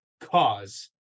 cause